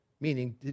Meaning